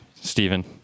Stephen